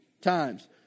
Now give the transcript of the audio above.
times